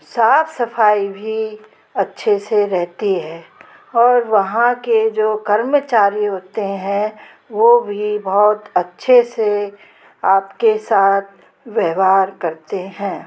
साफ़ सफ़ाई भी अच्छे से रहती है और वहाँ के जो कर्मचारी होते हैं वो भी बहुत अच्छे से आप के साथ व्यवहार करते हैं